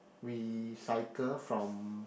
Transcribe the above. we cycle from